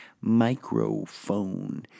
microphone